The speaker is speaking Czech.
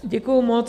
Děkuji moc.